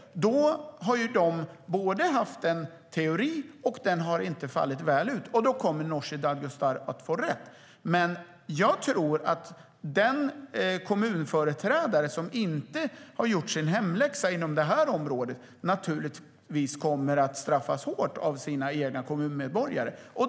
Då har man haft en teori som inte har fallit väl ut, och då kommer Nooshi Dadgostar att få rätt. Jag tror att den kommunföreträdare som inte har gjort sin hemläxa inom det här området kommer att straffas hårt av sina kommunmedborgare.